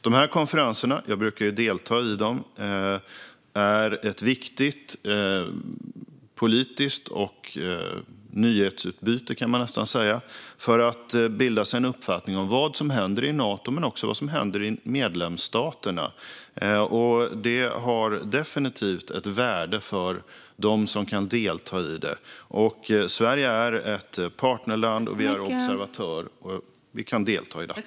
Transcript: De här konferenserna - jag brukar ju delta i dem - är viktiga politiskt och ett viktigt nyhetsutbyte, kan man nästan säga, för att bilda sig en uppfattning om vad som händer i Nato men också vad som händer i medlemsstaterna. De har definitivt ett värde för dem som kan delta i dem. Sverige är ett partnerland. Vi är observatörer och kan delta i detta.